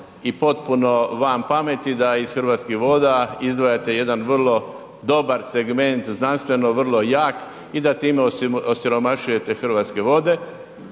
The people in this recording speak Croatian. i potpuno van pameti, da ih Hrvatskih voda izdvajate jedan vrlo dobar segment znanstveno vrlo jak i da time osiromašujete Hrvatske vode